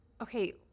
okay